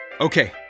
Okay